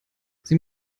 sie